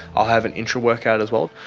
i'll have an intra-workout as well.